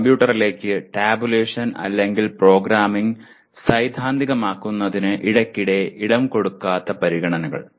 ഒരു കമ്പ്യൂട്ടറിലേക്ക് ടാബുലേഷൻ അല്ലെങ്കിൽ പ്രോഗ്രാമിംഗ് സൈദ്ധാന്തികമാക്കുന്നതിന് ഇടയ്ക്കിടെ ഇടം കൊടുക്കാത്ത പരിഗണനകൾ